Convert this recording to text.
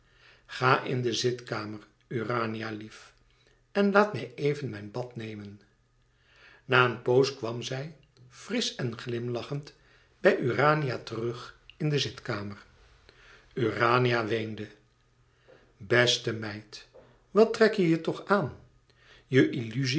ga in de zitkamer urania lief en laat mij even mijn bad nemen na een poos kwam zij frisch en glimlachend bij urania terug in de zitkamer urania weende beste meid wat trek je je toch aan